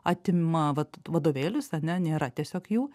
atima vat vadovėlius ane nėra tiesiog jų